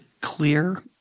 clear